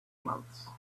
months